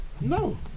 No